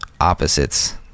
opposites